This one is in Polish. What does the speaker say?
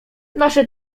nasze